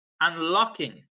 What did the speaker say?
unlocking